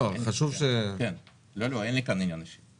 אישי, אין לי שום עניין אישי,